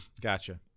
Gotcha